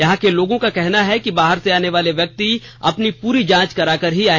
यहां के लोगों का कहना है कि बाहर से आने वाले व्यक्ति अपनी पूरी जांच कराकर ही आए